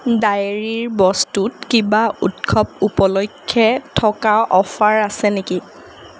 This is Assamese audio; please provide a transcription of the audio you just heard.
ডায়েৰীৰ বস্তুত কিবা উৎসৱ উপলক্ষে থকা অফাৰ আছে নেকি